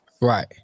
Right